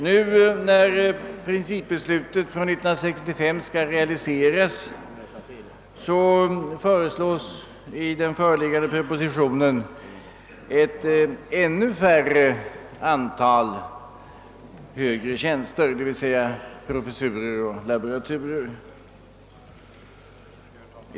Nu, när principbeslutet från 1965 skall realiseras, föreslås i den föreliggande propositionen ett ännu lägre antal professurer och laboraturer.